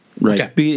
right